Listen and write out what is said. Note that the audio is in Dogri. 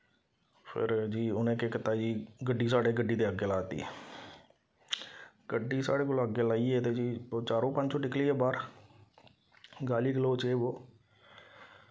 फिर जी उ'नें केह् कीता जी गड्डी साढ़े गड्डी दे अग्गे लाई दिती गड्डी साढ़े कोला अग्गे लाइयै ते जी ओह् चारो पंजो निकली गे बाह्र गाली गलोच जे बो